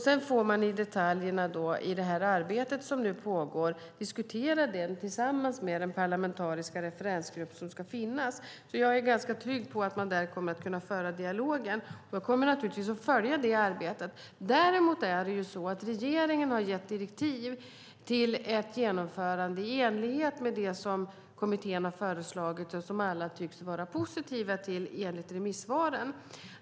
Sedan får man tillsammans med den parlamentariska referensgrupp som ska finnas diskutera detaljerna i det arbete som nu pågår. Jag är ganska trygg med att man där kommer att kunna föra en dialog. Jag kommer naturligtvis att följa det arbetet. Regeringen har gett direktiv till ett genomförande i enlighet med det som kommittén har föreslagit och som alla enligt remissvaren tycks vara positiva till.